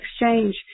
exchange